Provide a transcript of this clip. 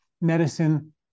medicine